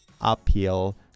uphill